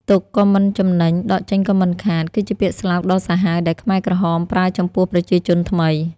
ទុកក៏មិនចំណេញ ដកចេញក៏មិនខាត គឺជាពាក្យស្លោកដ៏សាហាវដែលខ្មែរក្រហមប្រើចំពោះប្រជាជនថ្មី។